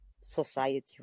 society